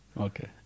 Okay